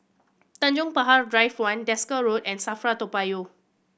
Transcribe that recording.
Tanjong Pagar Drive One Desker Road and SAFRA Toa Payoh